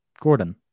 Gordon